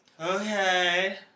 Okay